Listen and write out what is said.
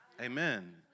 Amen